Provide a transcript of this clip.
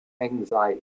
anxiety